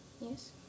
Yes